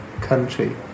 country